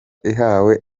ihawe